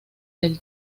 del